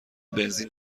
بنزین